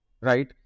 right